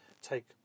take